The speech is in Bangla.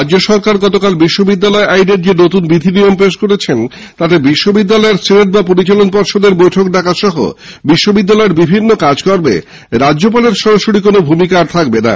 রাজ্য সরকার গতকাল বিশ্ববিদ্যালয় আইনের যে নতুন বিধি নিয়ম পেশ করেন তাতে বিশ্ববিদ্যালয়ের সেনেট বা পরিচালন পর্ষদের বৈঠক ডাকা সহ বিশ্ববিদ্যালয়ের বিভিন্ন কাজে রাজ্যপালের সরাসরি কোন ভূমিকা থাকবেনা